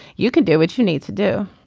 you can do what you need to do.